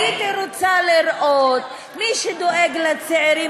הייתי רוצה לראות שמי שדואג לצעירים